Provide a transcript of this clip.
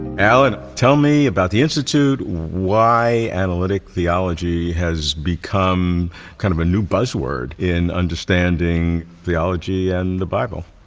alan, tell me about the institute, why analytic theology has become kind of a new buzz word in understanding theology and the bible?